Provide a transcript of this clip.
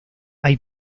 hay